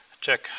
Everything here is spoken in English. check